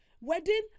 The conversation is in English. wedding